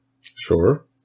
Sure